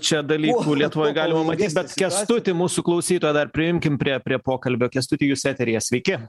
čia dalykų lietuvoj galima matyt bet kęstuti mūsų klausytoją o dar priimkim prie prie pokalbio kęstuti jūs eteryje sveiki